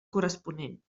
corresponent